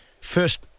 first